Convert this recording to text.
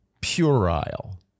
puerile